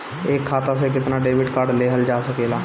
एक खाता से केतना डेबिट कार्ड लेहल जा सकेला?